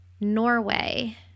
Norway